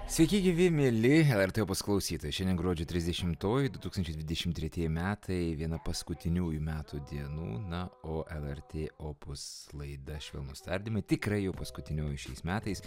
sveiki gyvi mieli lrt opus klausytojai šiandien gruodžio trisdešimtoji du tūkstančiai dvidešim treji metai viena paskutiniųjų metų dienų na o lrt opus laida švelnūs tardymai tikrai jau paskutinioji šiais metais